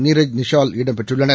நிராஜ்நிஷா ல்இடம்பெற்றுள்ளனர்